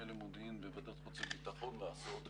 למודיעין ובוועדת החוץ והביטחון לעשות,